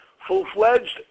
full-fledged